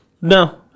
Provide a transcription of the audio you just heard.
No